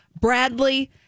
Bradley